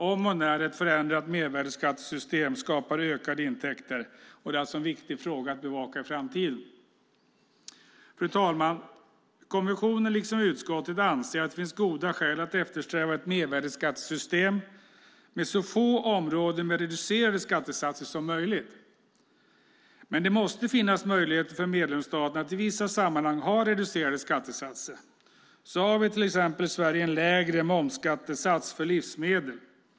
Om och när ett förändrat mervärdesskattesystem skapar ökade intäkter är alltså en viktig fråga att bevaka i framtiden. Fru talman! Kommissionen anser liksom utskottet att det finns goda skäl att eftersträva ett mervärdesskattesystem med så få områden med reducerade skattesatser som möjligt. Men det måste finnas möjligheter för medlemsstaterna att i vissa sammanhang ha reducerade skattesatser. I Sverige har vi till exempel en lägre momsskattesats för livsmedel.